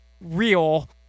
real